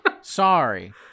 Sorry